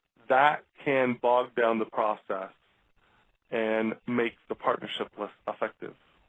that can bog down the process and make the partnership less effective.